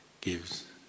gives